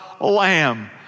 Lamb